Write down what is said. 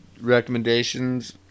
recommendations